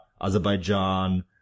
Azerbaijan